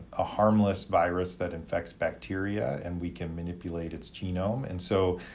a harmless virus that infects bacteria and we can manipulate its genome and so,